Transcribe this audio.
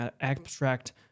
abstract